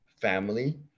family